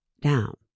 down